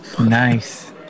Nice